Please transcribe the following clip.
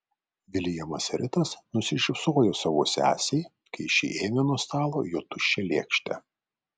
viljamas ritas nusišypsojo savo sesei kai ši ėmė nuo stalo jo tuščią lėkštę